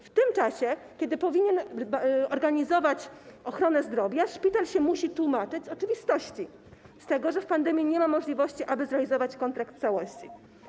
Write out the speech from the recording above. W tym czasie, kiedy powinien organizować ochronę zdrowia, szpital się musi tłumaczyć z oczywistości: z tego, że podczas pandemii nie ma możliwości, aby zrealizować kontrakt w całości.